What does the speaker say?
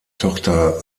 tochter